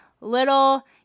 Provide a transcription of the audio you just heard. little